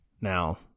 now